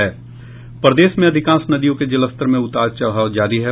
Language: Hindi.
प्रदेश की अधिकांश नदियों के जलस्तर में उतार चढ़ाव जारी है